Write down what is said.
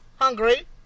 hungry